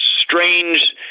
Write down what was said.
strange